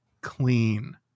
clean